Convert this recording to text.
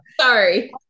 Sorry